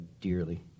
dearly